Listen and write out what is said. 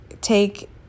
take